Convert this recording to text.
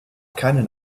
keinen